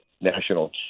national